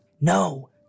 no